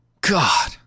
God